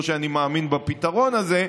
לא שאני מאמין בפתרון הזה,